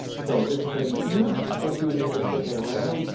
so, this is gonna be huge. thank you again for sticking around.